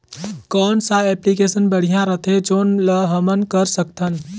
कौन सा एप्लिकेशन बढ़िया रथे जोन ल हमन कर सकथन?